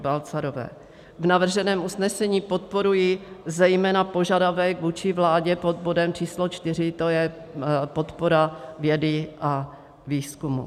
V navrženém usnesení podporuji zejména požadavek vůči vládě pod bodem číslo 4, to je podpora vědy a výzkumu.